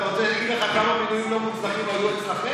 אתה רוצה שאומר לך כמה מינויים לא מוצלחים היו אצלכם.